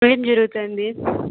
ఏం జరుగుతోంది